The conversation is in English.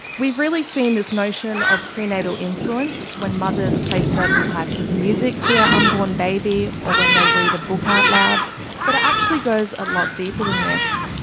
we've really seen this notion of prenatal influence when mothers play certain types of music to their unborn baby, or when they read books out loud but it actually goes a lot deeper than this.